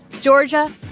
Georgia